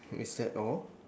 i~ is that all